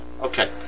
Okay